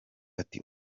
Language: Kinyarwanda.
ati